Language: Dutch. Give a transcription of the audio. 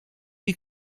die